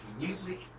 music